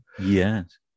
yes